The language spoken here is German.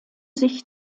sich